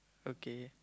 okay